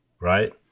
Right